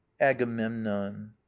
agamemnon